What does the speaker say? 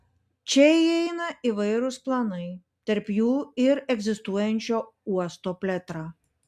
čia įeina įvairūs planai tarp jų ir egzistuojančio uosto plėtra